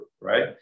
right